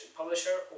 publisher